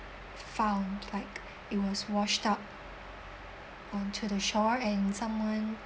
found like it was washed up onto the shore and someone